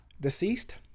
deceased